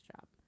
job